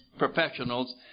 professionals